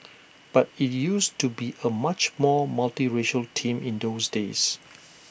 but IT used to be A much more multiracial team in those days